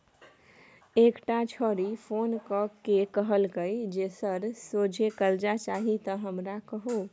एकटा छौड़ी फोन क कए कहलकै जे सर सोझे करजा चाही त हमरा कहु